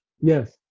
Yes